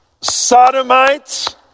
sodomites